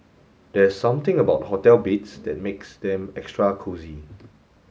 there's something about hotel beds that makes them extra cosy